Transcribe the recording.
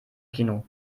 kino